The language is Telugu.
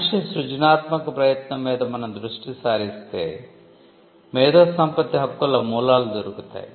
మనిషి సృజనాత్మక ప్రయత్నం మీద మనం దృష్టి సారిస్తే మేధో సంపత్తి హక్కుల మూలాలు దొరుకుతాయి